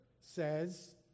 says